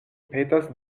petas